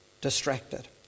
distracted